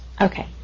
Okay